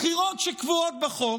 בחירות שקבועות בחוק,